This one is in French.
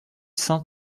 saint